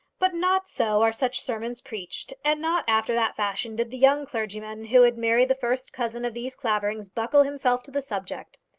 but not so are such sermons preached and not after that fashion did the young clergyman who had married the first-cousin of these claverings buckle himself to the subject.